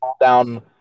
down